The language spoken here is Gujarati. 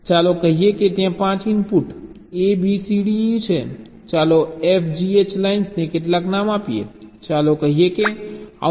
ચાલો કહીએ કે ત્યાં 5 input A B C D E છે ચાલો FGH લાઇન્સને કેટલાક નામ આપીએ ચાલો કહીએ કે આઉટપુટ Z છે